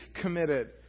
committed